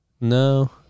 No